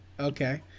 Okay